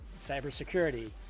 cybersecurity